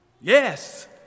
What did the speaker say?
Yes